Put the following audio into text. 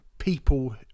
People